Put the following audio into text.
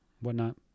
whatnot